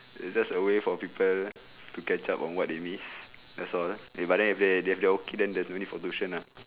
is just a way for people to catch up on what they miss that's all they but then if they they're okay then there's not need for tuition lah